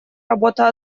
работа